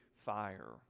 fire